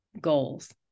goals